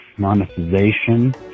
Monetization